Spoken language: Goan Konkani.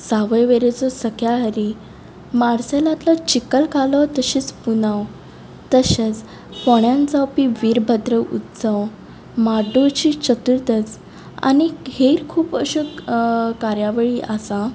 सावयवेरेंचो सख्याहरी मार्सेलांतलो चिखलकालो तशीच पुनव तशेंच फोंण्यांत जावपी विरभद्र उत्सव म्हाड्डोळची चथुरदश आनीक हेर खूब अश्यो कार्यावळी आसा